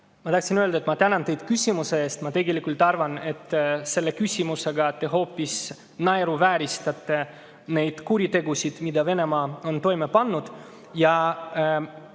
Ma tahtsin öelda, et ma tänan teid küsimuse eest. Ma tegelikult arvan, et selle küsimusega te hoopis naeruvääristate neid kuritegusid, mida Venemaa on toime pannud.